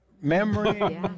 Memory